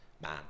Man